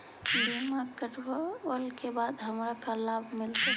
बीमा करवला के बाद हमरा का लाभ मिलतै?